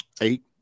eight